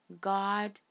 God